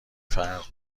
فرق